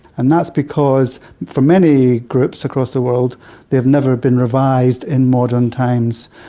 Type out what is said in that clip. and that's because for many groups across the world they have never been revised in modern times.